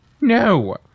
No